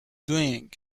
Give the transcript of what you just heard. doing